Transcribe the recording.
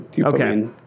Okay